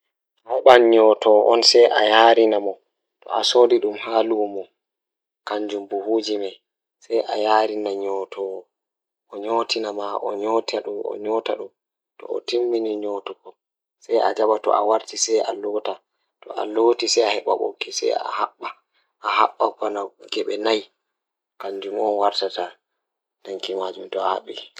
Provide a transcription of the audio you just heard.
Jokkondir taɗɗoore ngal heɓe ɓiɓɓe ɗiɗi ngal so tawii njiddaade moƴƴaare. Njidi taɗɗoore ngal e cuuraande ngal, waɗe e moƴƴaare he ko ƴettude nder moƴƴaare. Miɗo foti waawaa fittaade piijo, tiwtiwade, kadi njiɗir taɗɗoore ɗee ɗo waɗi bimbi. Nde waawataa njiddaade, nder mbooki ko waawataa waɗude ko ɗiɗi ngam so tawii.